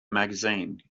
magazine